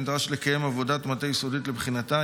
ונדרש לקיים עבודת מטה יסודית לבחינתה.